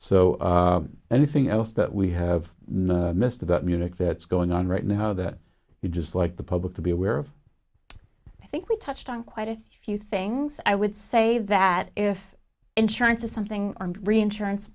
so anything else that we have missed about music that's going on right now that we just like the public to be aware of i think we touched on quite a few things i would say that if insurance is something armed reinsurance